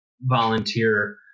volunteer